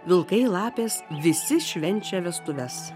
vilkai lapės visi švenčia vestuves